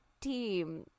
team